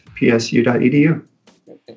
psu.edu